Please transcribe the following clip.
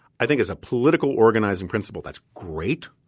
i think it's a political organizing principle that's great.